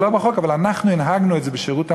זה לא בחוק אבל אנחנו הנהגנו את זה בשירות המדינה.